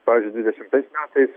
pavyzdžiui dvidešimtais metais